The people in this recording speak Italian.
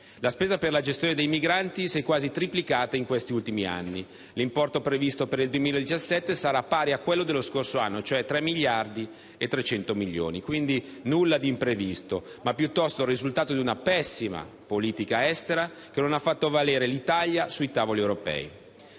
La spesa per la gestione dei migranti si è quasi triplicata in questi ultimi anni. L'importo previsto per il 2017 sarà pari a quello dello scorso anno, cioè di 3 miliardi e 300 milioni. Quindi nulla di imprevisto, ma piuttosto il risultato di una pessima politica estera che non ha fatto valere l'Italia sui tavoli europei.